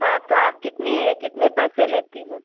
ہاں تو آپ کتنی کتنے پیسے لیتی ہو